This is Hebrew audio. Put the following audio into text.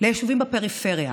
ליישובים בפריפריה,